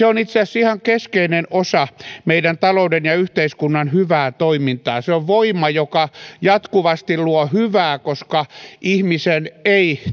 on itse asiassa ihan keskeinen osa meidän talouden ja yhteiskunnan hyvää toimintaa se on voima joka jatkuvasti luo hyvää koska ei ihmisen ei